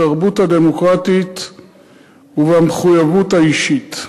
בתרבות הדמוקרטית ובמחויבות האישית.